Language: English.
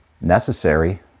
necessary